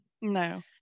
No